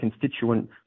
constituent